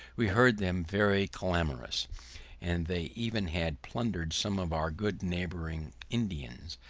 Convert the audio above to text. we heard them very clamorous and they even had plundered some of our good neighbouring indians,